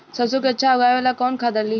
सरसो के अच्छा उगावेला कवन खाद्य डाली?